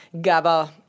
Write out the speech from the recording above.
GABA